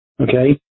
okay